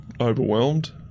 overwhelmed